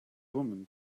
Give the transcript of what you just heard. women